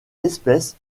espèce